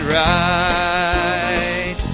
right